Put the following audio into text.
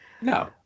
No